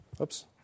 Oops